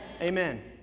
Amen